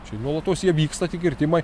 čia nuolatos jie vyksta tie kirtimai